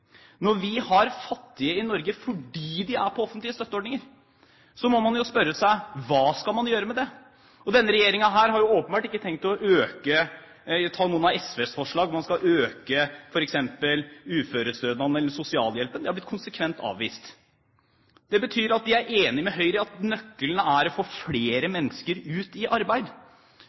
Når vi har fattige i Norge fordi vi er på offentlige støtteordninger, må man jo spørre seg: Hva skal man gjøre med det? Denne regjeringen her har åpenbart ikke tenkt å ta opp noen av SVs forslag om at man skal øke f.eks. uførestønaden eller sosialhjelpen. Det har blitt konsekvent avvist. Det betyr at de er enig med Høyre i at nøkkelen er å få flere mennesker ut i arbeid.